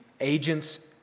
agents